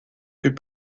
fut